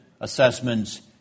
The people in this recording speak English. assessments